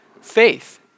faith